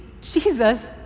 Jesus